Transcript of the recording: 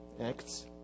Acts